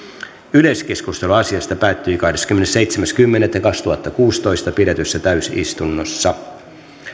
yleiskeskustelu asiasta päättyi kahdeskymmenesseitsemäs kymmenettä kaksituhattakuusitoista pidetyssä täysistunnossa